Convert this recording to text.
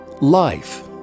Life